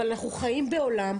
אבל אנחנו חיים בעולם,